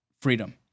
freedom